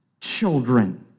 children